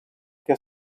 que